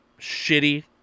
shitty